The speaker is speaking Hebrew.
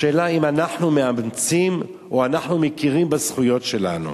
השאלה אם אנחנו מאמצים או אנחנו מכירים בזכויות שלנו.